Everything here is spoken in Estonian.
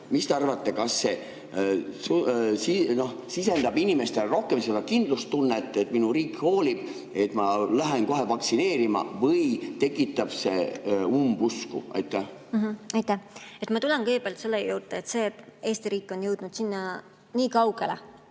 mis te arvate, kas see sisendab inimestele rohkem kindlustunnet, et minu riik hoolib, ma lähen kohe vaktsineerima, või tekitab see umbusku? Aitäh! Ma tulen kõigepealt selle juurde, et Eesti riik on jõudnud nii kaugele,